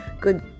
good